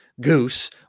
Goose